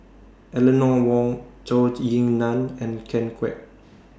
Eleanor Wong Zhou Ying NAN and Ken Kwek